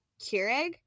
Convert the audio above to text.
Keurig